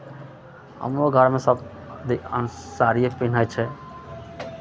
हमरो घरमे सभ अधिकांश साड़िए पिहनै छै